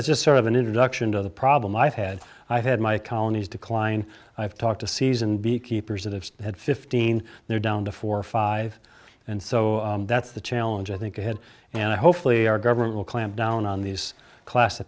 it's just sort of an introduction to the problem i've had i've had my colonies decline i've talked to season beekeepers that have had fifteen they're down to four or five and so that's the challenge i think ahead and hopefully our government will clamp down on these class